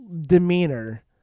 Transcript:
demeanor